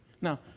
Now